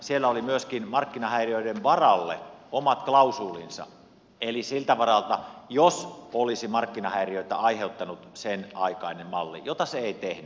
siellä oli myöskin markkinahäiriöiden varalle omat klausuulinsa eli siltä varalta jos sen aikainen malli olisi markkinahäiriöitä aiheuttanut mitä se ei tehnyt